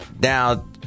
Now